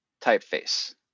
typeface